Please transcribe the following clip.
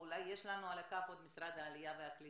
או אולי יש לנו על הקו את משרד העלייה והקליטה,